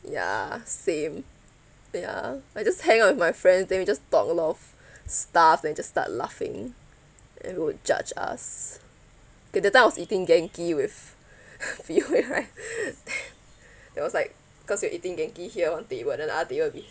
ya same ya I just hang out with my friends then we just talk lor stuffs then just start laughing and would judge us okay that time I was eating genki with bee hui right then there was like cause we're eating genki here one table and other table will be